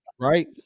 right